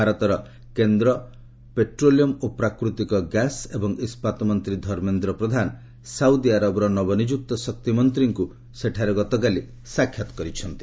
ଭାରତର କେନ୍ଦ୍ର ପେଟ୍ରୋଲିୟମ୍ ଓ ପ୍ରାକୃତିକ ଗ୍ୟାସ୍ ଓ ଇସ୍କାତ୍ ମନ୍ତ୍ରୀ ଧର୍ମେନ୍ଦ୍ର ପ୍ରଧାନ ସାଉଦଆରବର ନବନିଯୁକ୍ତ ଶକ୍ତିମନ୍ତ୍ରୀଙ୍କୁ ସେଠାରେ ଗତକାଲି ସାକ୍ଷାତ କରିଥିଲେ